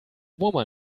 woman